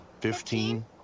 Fifteen